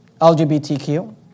LGBTQ